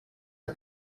are